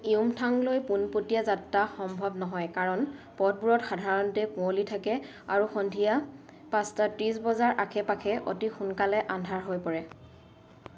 য়ুমথাংলৈ পোনপটীয়া যাত্ৰা সম্ভৱ নহয় কাৰণ পথবোৰত সাধাৰণতে কুঁৱলী থাকে আৰু সন্ধিয়া পাঁচটা ত্ৰিছ বজাৰ আশে পাশে অতি সোনকালে আন্ধাৰ হৈ পৰে